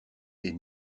est